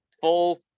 full